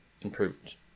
improved